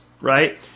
right